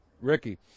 Ricky